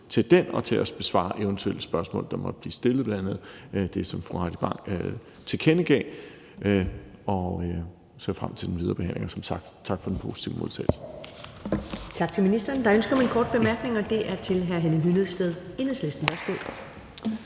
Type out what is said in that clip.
til den og til at besvare eventuelle spørgsmål, der måtte blive stillet, bl.a. det, som fru Heidi Bank tilkendegav. Jeg ser frem til den videre behandling, og som sagt: Tak for den positive modtagelse.